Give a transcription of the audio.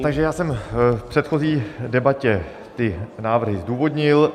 Takže já jsem v předchozí debatě ty návrhy zdůvodnil.